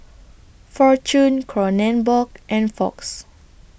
Fortune Kronenbourg and Fox